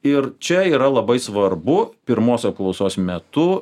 ir čia yra labai svarbu pirmos apklausos metu